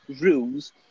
rules